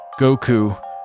Goku